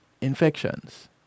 infections